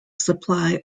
supply